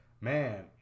Man